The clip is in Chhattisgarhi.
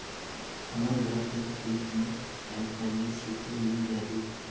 हमर घर कर खेत में आएज दवई छींचे ले जाही